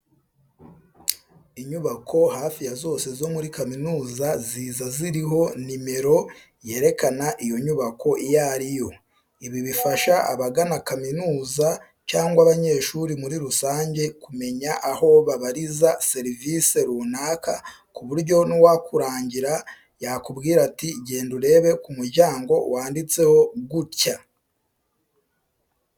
Inyubako hafi ya zone zo muri kaminuza ziza ziriho nimero yerekana iyo nyubako iyo ari yo. Ibi bifasha abagana kaminuza cyangwa abanyeshuri muri rusange kumenya aho babariza serivise runaka ku buryo n'uwakurangira yakubwira ati:" genda urebe ku muryango wanditseho gutya."